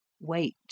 Wait